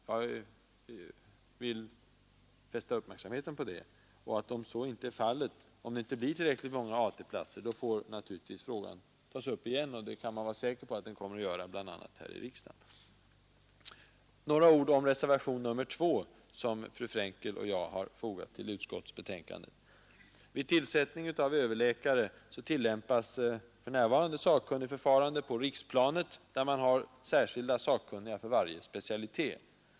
Jag vill fästa uppmärksamheten på det. Om det inte blir tillräckligt många AT-platser, får frågan tas upp igen, och det kan man vara säker på kommer att göras, bl.a. här i riksdagen. Några ord om reservationen 2, som fru Frenkel och jag har fogat till utskottsbetänkandet. Vid tillsättning av överläkare tillämpas för närvarande sakkunnigförfarande på riksplanet, där man har särskilda sakkunniga för varje specialitet.